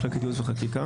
מחלקת ייעוץ וחקיקה.